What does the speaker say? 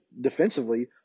defensively